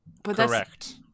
Correct